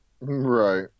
Right